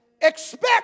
Expect